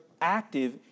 active